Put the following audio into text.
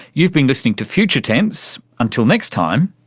you've been listening to future tense. until next time,